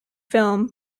film